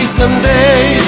someday